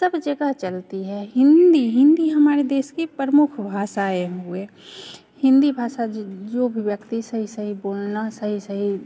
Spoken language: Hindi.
सब जगह चलती है हिंदी हिंदी हमारे देश की प्रमुख भाषा है हिंदी भाषा जो भी व्यक्ति सही सही बोलना सही सही